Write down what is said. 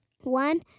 one